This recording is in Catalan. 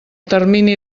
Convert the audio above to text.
termini